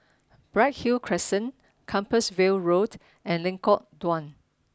Bright Hill Crescent Compassvale Road and Lengkok Dua